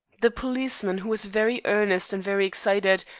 the policeman, who was very earnest and very excited,